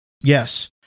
Yes